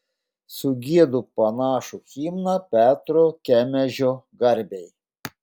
sugiedu panašų himną petro kemežio garbei